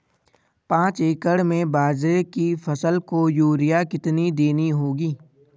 पांच एकड़ में बाजरे की फसल को यूरिया कितनी देनी होगी?